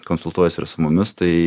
konsultuojasi su mumis tai